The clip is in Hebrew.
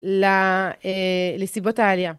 ל... לסיבות העלייה.